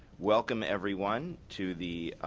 welcome, everyone, to the